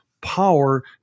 power